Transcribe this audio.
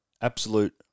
absolute